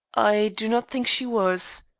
i do not think she was.